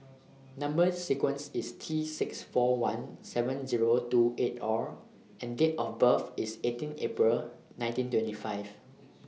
Number sequence IS T six four one seven Zero two eight R and Date of birth IS eighteen April nineteen twenty five